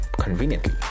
conveniently